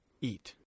eat